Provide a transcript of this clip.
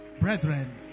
brethren